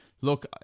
Look